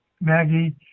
Maggie